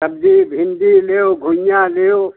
सब्जी भिंडी लो घुइयाँ लो